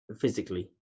physically